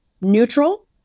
neutral